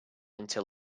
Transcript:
until